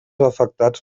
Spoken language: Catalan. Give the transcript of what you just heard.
afectats